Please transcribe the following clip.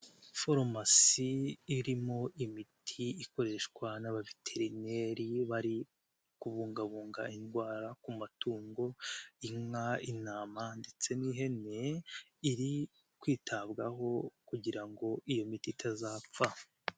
Farumasi irimo imiti ikoreshwa n'abaveterineri bari kubungabunga indwara ku matungo inka, intama ndetse n'ihene, iri kwitabwaho kugira ngo iyo miti itazapfa.